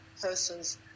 person's